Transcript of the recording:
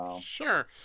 Sure